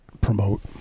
promote